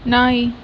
நாய்